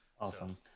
Awesome